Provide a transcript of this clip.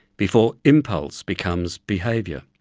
before impulse becomes behavior.